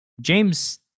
James